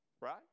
right